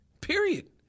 Period